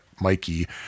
Mikey